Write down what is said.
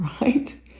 right